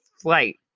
flight